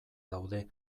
daude